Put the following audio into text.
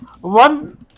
one